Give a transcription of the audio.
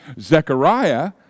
Zechariah